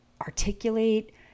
articulate